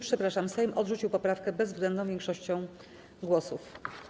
Przepraszam, Sejm odrzucił poprawkę bezwzględną większością głosów.